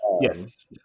yes